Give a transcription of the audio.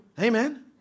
amen